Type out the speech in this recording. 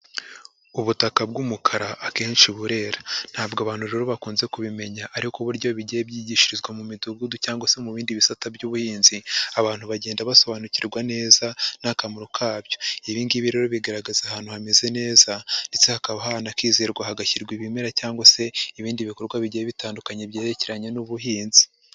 Ubutaka bw'umukara akenshi burera ntabwo abantu rero bakunze kubimenya ariko burya iyo bigiye byigishirizwa mu midugudu cyangwa se mu bindi bisata by'ubuhinzi, abantu bagenda basobanukirwa neza n'akamaro kabyo, ibi ngibi rero bigaragaza ahantu hameze neza ndetse hakaba hanakizerwa hagashyirwa ibimera cyangwa se ibindi bikorwa bigiye bitandukanye byerekeranye n'ubuhinzi.